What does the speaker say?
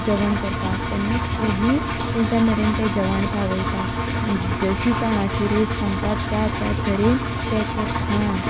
जेवण करपाक तेन्ना स्विगी तांच्या मेरेन तें जेवण पावयता जशी तोंडाची रूच सांगता त्या त्या तरेन तें तें खाण